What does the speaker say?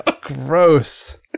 Gross